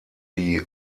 die